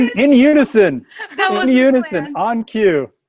and in unison unison on cue.